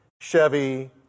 Chevy